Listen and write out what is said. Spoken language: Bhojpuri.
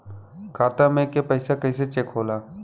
खाता में के पैसा कैसे चेक होला?